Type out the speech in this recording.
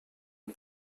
and